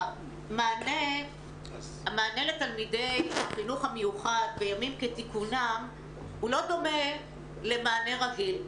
המענה לתלמידי החינוך המיוחד בימים כתיקונם לא דומה למענה רגיל.